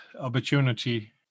opportunity